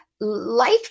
Life